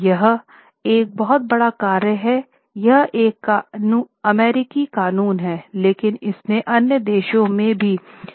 यह एक बहुत बड़ा कार्य है यह एक अमेरिकी कानून है लेकिन इसने अन्य देशों में भी नियमन को प्रभावित किया है